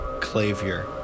Clavier